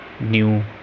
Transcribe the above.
new